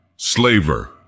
Slaver